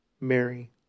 Mary